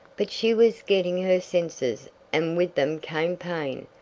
but she was getting her senses and with them came pain.